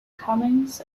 comings